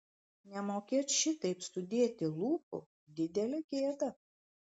nemokėt šitaip sudėti lūpų didelė gėda